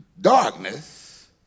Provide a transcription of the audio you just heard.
darkness